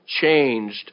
changed